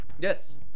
Yes